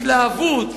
התלהבות,